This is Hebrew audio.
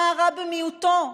מה הרע במיעוטו,